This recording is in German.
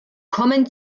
kommen